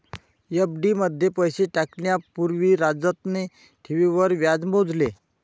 FD मध्ये पैसे टाकण्या पूर्वी राजतने ठेवींवर व्याज मोजले